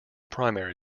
primary